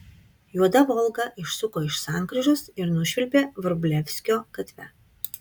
juoda volga išsuko iš sankryžos ir nušvilpė vrublevskio gatve